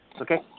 Okay